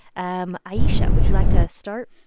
um ayesha, would you like to start?